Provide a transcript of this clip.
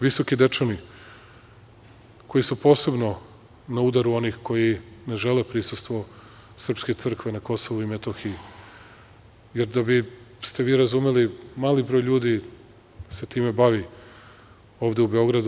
Visoki Dečani koji su posebno na udaru onih koji ne žele prisustvo srpske crkve na Kosovu i Metohiji jer da biste vi razumeli, mali broj ljudi se time bavi ovde u Beogradu.